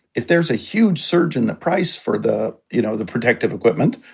if there's a huge surge in the price for the you know the protective equipment,